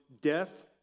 death